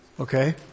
Okay